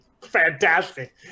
fantastic